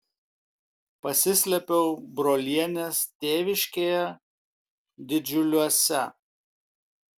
pasislėpiau brolienės tėviškėje didžiuliuose